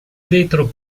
vetro